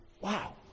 Wow